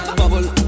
bubble